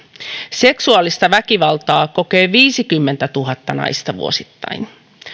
seksuaalista väkivaltaa kokee viisikymmentätuhatta naista vuosittain